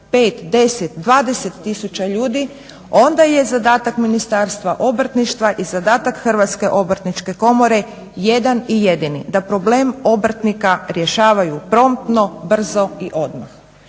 5, 10, 20 tisuća ljudi onda je zadatak Ministarstva obrtništva i zadatak Hrvatske obrtničke komore jedan i jedini, da problem obrtnika rješavaju promptno, brzo i odmah